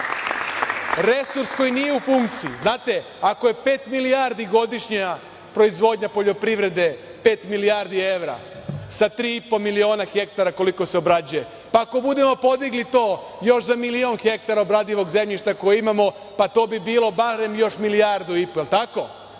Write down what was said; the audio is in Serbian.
Resurs koji nije u funkciji. Znate, ako je pet milijardi godišnja proizvodnja poljoprivrede, pet milijardi evra, sa 3,5 miliona hektara koje se obrađuje, ako budemo podigli to još za milion hektara obradivog zemljišta koje imamo, to bi bilo barem još 1,5 milijardi. Jel tako?